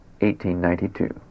1892